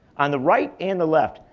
on the right and the left,